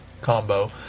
combo